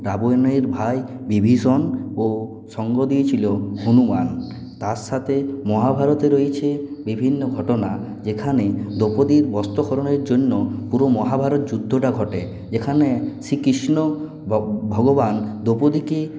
রাবণের ভাই বিভীষণ ও সঙ্গ দিয়েছিল হনুমান তার সাথে মহাভারতে রয়েছে বিভিন্ন ঘটনা যেখানে দ্রৌপদীর বস্ত্রহরণের জন্য পুরো মহাভারত যুদ্ধটা ঘটে এখানে শ্রীকৃষ্ণ ভগবান দ্রৌপদীকে